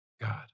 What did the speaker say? God